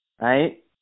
right